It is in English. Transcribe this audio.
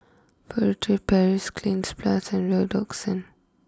Furtere Paris Cleanz Plus and Redoxon